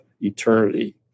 eternity